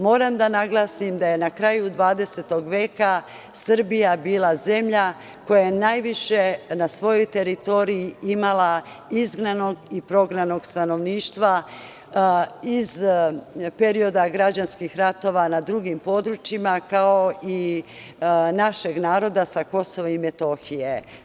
Moram da naglasim da je na kraju 20. veka Srbija bila zemlja koja je najviše na svojoj teritoriji imala izgnanog i prognanog stanovništva iz perioda građanskih ratova na drugim područjima, kao i našeg naroda sa KiM.